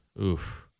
oof